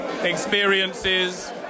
experiences